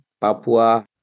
Papua